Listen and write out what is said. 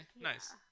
nice